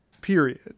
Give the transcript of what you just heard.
period